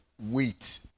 wait